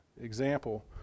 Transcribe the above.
example